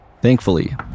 Thankfully